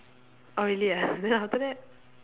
orh really ah then after that